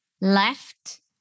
left